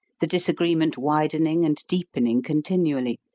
the disagreement widening and deepening continually,